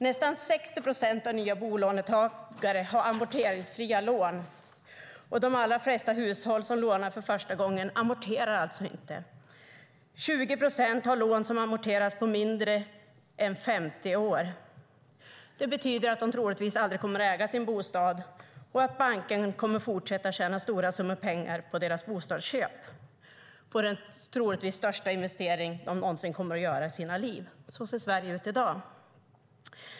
Nästan 60 procent av nya bolånetagare har amorteringsfria lån, och de allra flesta hushåll som lånar för första gången amorterar alltså inte. 20 procent har lån som amorteras på mindre än 50 år. Det betyder att de troligtvis aldrig kommer att äga sin bostad och att banken kommer att fortsätta tjäna stora summor pengar på deras bostadsköp, på den troligtvis största investering de någonsin kommer att göra i sina liv. Så ser Sverige ut i dag.